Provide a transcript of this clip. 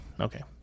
Okay